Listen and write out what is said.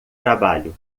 trabalho